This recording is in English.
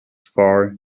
far